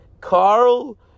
Carl